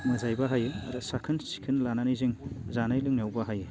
मोजाङै बाहायो आरो साखोन सिखोन लानानै जों जानाय लोंनायाव बाहायो